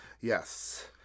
yes